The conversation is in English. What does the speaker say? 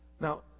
Now